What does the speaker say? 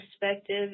perspective